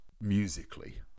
musically